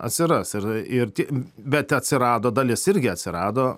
atsiras ir ir tie bet atsirado dalis irgi atsirado